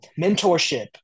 mentorship